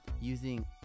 using